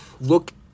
look